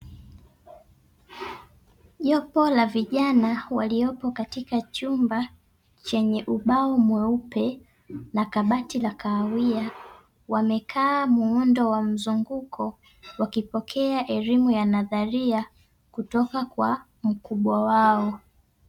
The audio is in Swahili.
Jopo la vijana waliopo katika chumba chenye ubao mweupe na kabati la kahawia, wamekaa muundo wa mzunguko, wakipokea elimu ya nadharia kutoka kwa mkubwa wao.